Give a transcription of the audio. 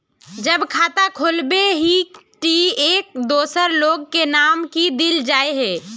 जब खाता खोलबे ही टी एक दोसर लोग के नाम की देल जाए है?